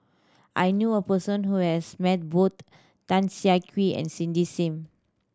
I knew a person who has met both Tan Siah Kwee and Cindy Sim